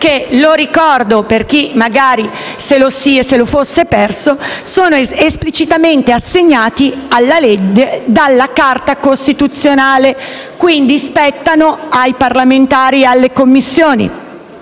che - lo ricordo per chi se lo fosse perso - sono esplicitamente assegnati alla legge dalla Carta costituzionale, quindi spettano ai parlamentari e alle Commissioni.